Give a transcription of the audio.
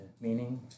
Meaning